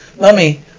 Mummy